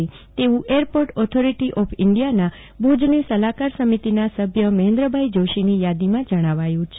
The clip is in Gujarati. આ તેવું એરપોર્ટ ઓથોરીટી ઓફ ઇન્ડિયા ભુજની સલાફકાર સફિતના સભ્ય મહેન્દ્ર ભાઈ જોશી ની યાદીમાં જણાવ્યું છે